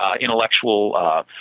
intellectual